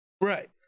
Right